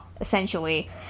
essentially